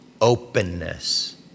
openness